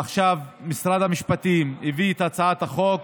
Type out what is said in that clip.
עכשיו משרד המשפטים הביא את החוק,